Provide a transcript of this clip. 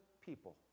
people